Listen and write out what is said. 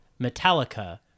Metallica